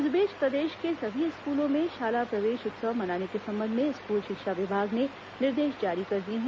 इस बीच प्रदेश के सभी स्कूलों में शाला प्रवेश उत्सव मनाने के संबंध में स्कूल शिक्षा विभाग ने निर्देश जारी कर दिए हैं